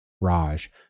Raj